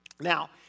Now